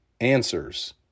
answers